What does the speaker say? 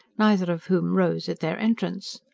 neither of whom rose at their entrance.